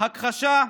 הכחשה,